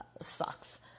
sucks